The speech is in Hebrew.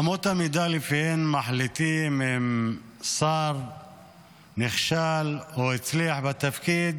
אמות המידה שלפיהן מחליטים אם שר נכשל או הצליח בתפקיד